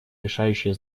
решающее